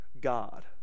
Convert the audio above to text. God